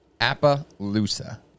Appaloosa